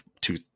two